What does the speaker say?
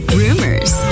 rumors